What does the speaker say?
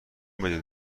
بدید